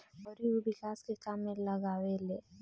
अउरी उ विकास के काम में लगावेले